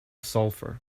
sulfur